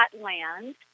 land